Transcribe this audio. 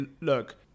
look